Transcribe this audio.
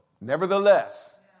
nevertheless